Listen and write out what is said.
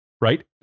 right